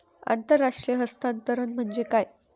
आंतरराष्ट्रीय हस्तांतरण म्हणजे काय?